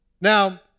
Now